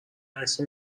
عکس